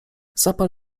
zapal